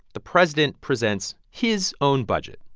the president presents his own budget,